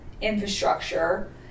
infrastructure